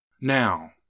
Now